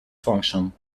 function